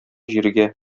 җиргә